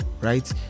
right